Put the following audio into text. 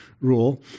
rule